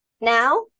now